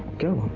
go.